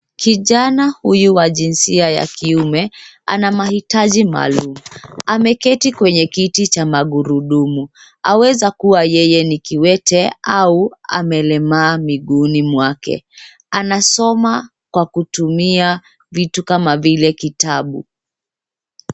Kijana huyu wa jinsia ya kiume ana mahitaji maalum. Ameketi kwenye kiti cha magurudumu, aweza kuwa yeye ni kiwete au amelemaa miguuni mwake. Anasoma kwa kutumia vitu kama vile kitabu.